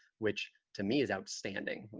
which, to me is outstanding.